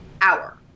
Hour